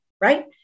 right